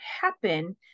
happen